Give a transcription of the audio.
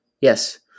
Yes